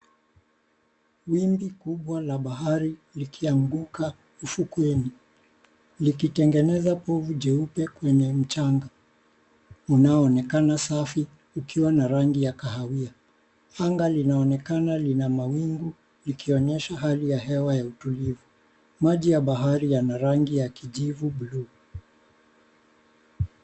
Wimbi kubwa la bahari, likianguka ufukweni. Likitengeneza povu jeupe kwenye mchanga unaoonekana safi ukiwa na rangi ya kahawia. Anga linaonekana lina mawingu likionyesha hali ya hewa ya utulivu. Maji ya bahari yanarangi ya kijivu (cs) bluu(cs).